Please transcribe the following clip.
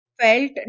felt